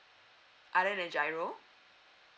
other than GIRO